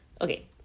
Okay